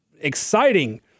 exciting